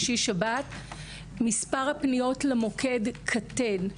מספר הפניות למוקד קטן.